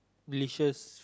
delicious